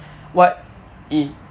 what is